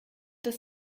das